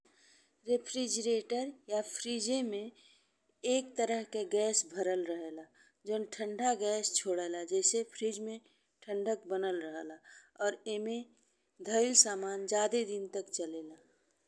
Refrigerator या fridge में एक तरह के गैस भरत रहेला जौन ठंढा गैस छोड़े ला जी से फ्रिज में ठंडक बनल रहेला और ई में धईल सामान जादे दिन तक चलेला।